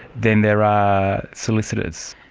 than there are solicitors?